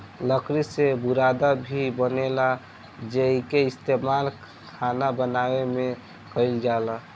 लकड़ी से बुरादा भी बनेला जेइके इस्तमाल खाना बनावे में कईल जाला